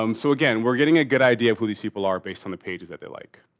um so again, we're getting a good idea of who these people are based on the pages that they like.